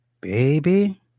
baby